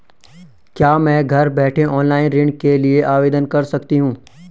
क्या मैं घर बैठे ऑनलाइन ऋण के लिए आवेदन कर सकती हूँ?